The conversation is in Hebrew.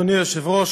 אדוני היושב-ראש,